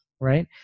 right